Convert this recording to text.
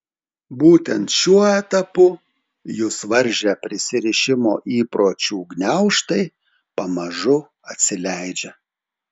būtent šiuo etapu jus varžę prisirišimo įpročių gniaužtai pamažu atsileidžia